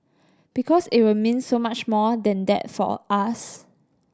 because it will mean so much more than that for us